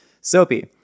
soapy